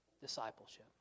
Discipleship